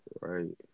right